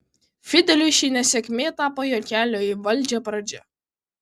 fideliui ši nesėkmė tapo jo kelio į valdžią pradžia